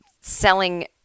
selling